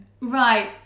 Right